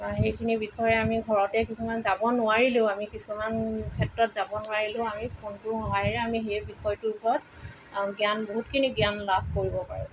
সেইখিনি বিষয়ে আমি ঘৰতে কিছুমান যাব নোৱাৰিলেও আমি কিছুমান ক্ষেত্ৰত যাব নোৱাৰিলেও আমি ফোনটোৰ সহায়েৰে আমি সেই বিষয়টোৰ ওপৰত জ্ঞান বহুতখিনি জ্ঞান লাভ কৰিব পাৰোঁ